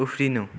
उफ्रिनु